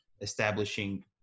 establishing